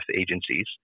Agencies